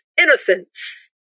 innocence